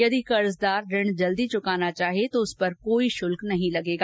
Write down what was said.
यदि कर्जदार ऋण जल्दी चुकाना चाहे तो उस पर कोई शुल्क नहीं लगेगा